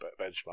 benchmark